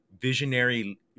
visionary